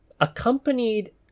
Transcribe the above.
accompanied